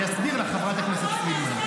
זה אני אסביר לך, חברת הכנסת פרידמן.